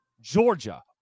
Georgia